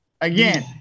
Again